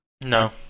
No